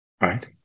right